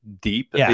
deep